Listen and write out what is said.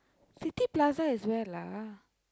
City-Plaza is where lah